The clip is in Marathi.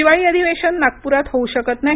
हिवाळी अधिवेशन नागपुरात होऊ शकत नाही